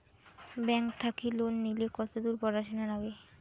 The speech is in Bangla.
ব্যাংক থাকি লোন নিলে কতদূর পড়াশুনা নাগে?